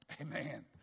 Amen